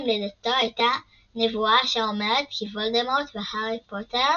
לידתו הייתה נבואה אשר אומרת כי וולדמורט והארי פוטר